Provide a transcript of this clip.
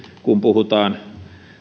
kun puhutaan